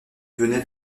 venais